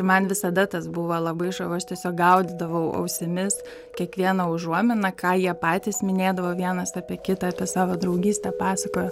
man visada tas buvo labai žavus tiesiog gaudydavau ausimis kiekvieną užuominą ką jie patys minėdavo vienas apie kitą apie savo draugystę pasakojo